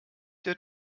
der